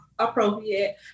Appropriate